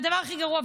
הדבר הכי גרוע,